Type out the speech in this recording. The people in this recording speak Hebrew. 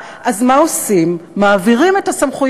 ואז נראה לפתע שמספר האזרחים גדל אבל מספר